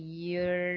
year